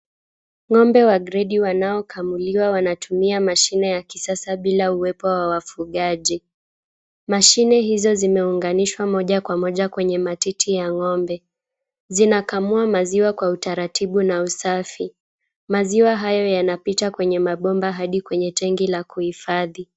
Ng'ombe wa gredi wanaokamuliwa wanatumia mashine ya kisasa bila uwepo wa wafugaji, mashine hizo zimeunganishwa moja kwa moja kwenye matiti ya ng'ombe zinakamua maziwa kwa utaratibu na usafi, maziwa hayo yanapita kwenye mabomba hadi kwenye tenki la kuhifadhi.